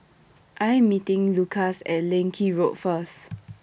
I Am meeting Lukas At Leng Kee Road First